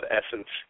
essence